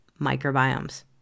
microbiomes